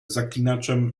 zaklinaczem